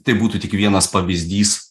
tai būtų tik vienas pavyzdys